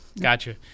Gotcha